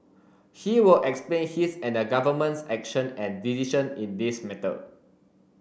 he will explain his and the government's action and decision in this matter